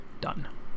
done